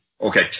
Okay